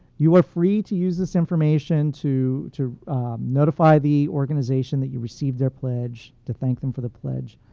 you are free to use this information to to notify the organization that you received their pledge to thank them for the pledge.